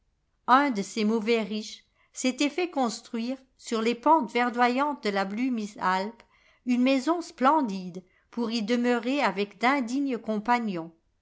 un de ces mauvais riches s'était fait construire sur les pentes verdoyantes de la blumisalpe une maison splendide pour y demeurer ayec d'indignes compagnons